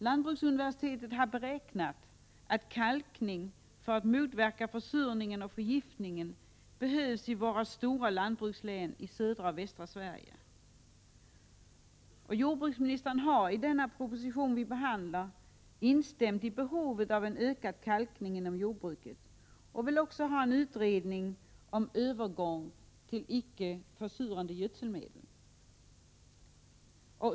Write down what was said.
Lantbruksuniversitetet har beräknat att kalkning för att motverka försurningen och förgiftningen behövs i våra stora lantbrukslän i södra och västra Sverige. Jordbruksministern har i den proposition vi nu behandlar instämt i behovet av ökad kalkning inom jordbruket samt vill ha en utredning om övergång till icke försurande gödselmedel.